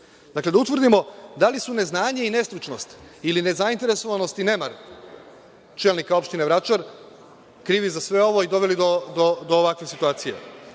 Dakle, da utvrdimo da li su neznanje i nestručnost ili nezainteresovanost i nemar čelnika opštine Vračar krivi za sve ovo i doveli do ovakve situacije